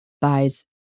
buys